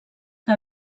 que